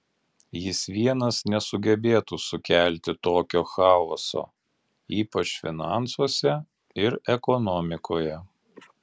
jis vienas nesugebėtų sukelti tokio chaoso ypač finansuose ir ekonomikoje